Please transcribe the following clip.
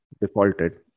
defaulted